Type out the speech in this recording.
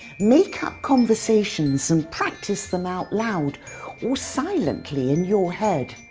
make up conversations and practice them out loud or silently in your head.